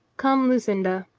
come, lucinda.